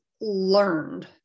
learned